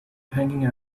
hanging